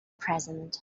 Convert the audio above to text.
present